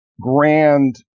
grand